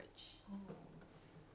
mm